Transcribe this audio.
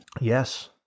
Yes